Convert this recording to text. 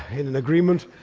in an agreement.